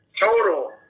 Total